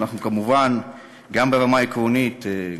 אנחנו כמובן גם ברמה העקרונית,